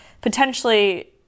potentially